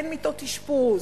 אין מיטות אשפוז,